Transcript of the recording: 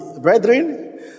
Brethren